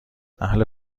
اهل